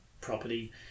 property